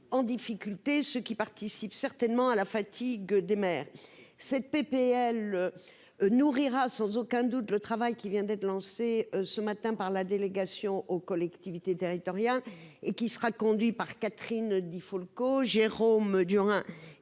en difficulté ce qui participe certainement à la fatigue des mères cette PPL. Nourrira sans aucun doute le travail qui vient d'être lancée ce matin par la délégation aux collectivités territoriales et qui sera conduit par Catherine Di Folco, Jérôme Durain